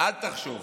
אל תחשוב